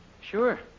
Sure